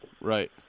right